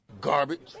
Garbage